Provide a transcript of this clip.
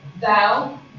thou